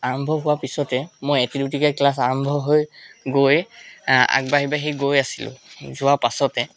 আৰম্ভ হোৱা পিছতে মই এটি দুটিকৈ ক্লাছ আৰম্ভ হৈ গৈ আগবাঢ়ি বাঢ়ি গৈ আছিলোঁ যোৱা পাছতে